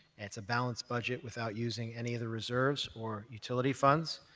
it's a balanced budget without using any of the reserves or utility funds,